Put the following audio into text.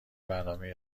برنامه